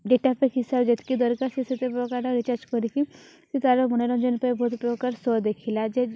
data pack ହିସାବରେ ଯେତିକି ଦରକାର ସେ ସେତେ ପ୍ରକାର ରିଚାର୍ଜ୍ କରିକି ସେ ତା'ର ମନୋରଞ୍ଜନ ପାଇଁ ବହୁତ ପ୍ରକାର ସୋ' ଦେଖିଲା ଯେ